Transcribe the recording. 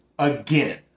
Again